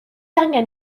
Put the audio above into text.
angen